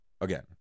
again